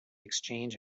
exchange